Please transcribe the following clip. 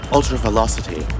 Ultra-velocity